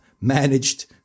managed